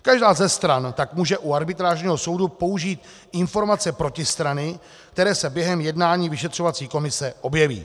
Každá ze stran tak může u arbitrážního soudu použít informace protistrany, které se během jednání vyšetřovací komise objeví.